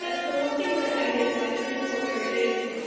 and so one thing that i did my first quarter is